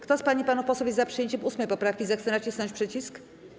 Kto z pań i panów posłów jest za przyjęciem 8. poprawki, zechce nacisnąć przycisk.